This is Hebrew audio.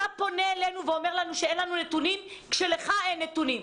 אתה פונה אלינו ואומר לנו שאין לנו נתונים כשלך אין נתונים.